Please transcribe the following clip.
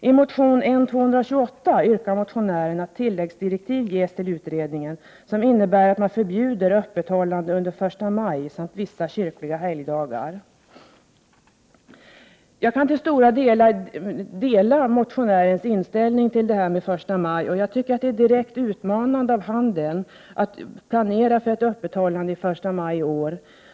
I motion N228 yrkar motionären att tilläggsdirektiv skall ges till utredningen, innebärande att man förbjuder öppethållande under första maj samt vissa kyrkliga helgdagar. Jag delar motionärens inställning när det gäller öppethållande på första maj, och jag tycker att det är direkt utmanande av handeln att planera för ett öppethållande på första maj i år.